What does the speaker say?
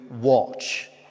watch